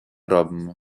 робимо